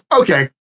okay